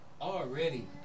already